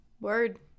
Word